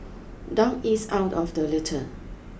dog eats out of the litter